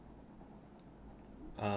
uh